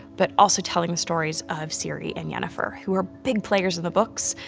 but also telling the stories of ciri and yennefer, who are big players in the books,